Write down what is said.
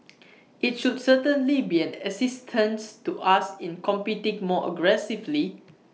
IT should certainly be an assistance to us in competing more aggressively